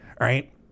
right